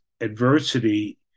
adversity